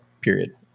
period